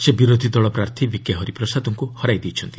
ସେ ବିରୋଧୀ ଦଳ ପ୍ରାର୍ଥୀ ବିକେ ହରିପ୍ରସାଦଙ୍କୁ ହରାଇ ଦେଇଛନ୍ତି